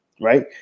Right